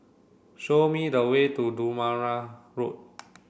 show me the way to Durham Road